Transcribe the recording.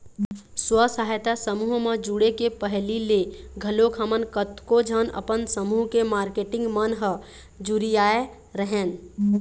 स्व सहायता समूह म जुड़े के पहिली ले घलोक हमन कतको झन अपन समूह के मारकेटिंग मन ह जुरियाय रेहेंन